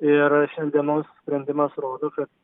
ir šiandienos sprendimas rodo kad